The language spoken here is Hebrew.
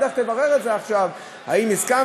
לך תברר את זה עכשיו: האם הסכמתי?